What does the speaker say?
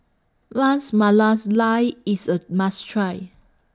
Ras IS A must Try